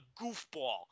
goofball